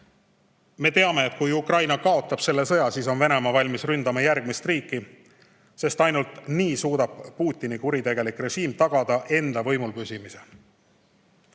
Me teame, et kui Ukraina kaotab selle sõja, siis on Venemaa valmis ründama järgmist riiki, sest ainult nii suudab Putini kuritegelik režiim tagada enda võimulpüsimise.